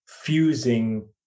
fusing